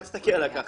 אל תסתכל עלי ככה,